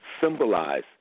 symbolize